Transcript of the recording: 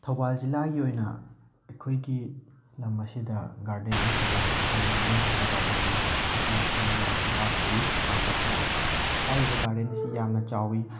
ꯊꯧꯕꯥꯜ ꯖꯤꯜꯂꯒꯤ ꯑꯣꯏꯅ ꯑꯩꯈꯣꯏꯒꯤ ꯂꯝ ꯑꯁꯤꯗ ꯒꯥꯔꯗꯦꯟ ꯑꯃꯈꯛ ꯂꯩꯖꯩ ꯍꯦꯟꯅ ꯃꯃꯤꯡ ꯆꯠꯄ ꯒꯥꯔꯗꯦꯟ ꯑꯃꯈꯛ ꯃꯁꯤ M M R C park ꯀꯧꯋꯤ ꯈꯥꯉꯕꯣꯛꯇ ꯂꯩ ꯍꯥꯏꯔꯤꯕ ꯒꯥꯔꯗꯦꯟ ꯑꯁꯤ ꯌꯥꯝꯅ ꯆꯥꯎꯋꯤ